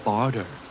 Barter